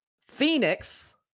Phoenix